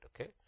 Okay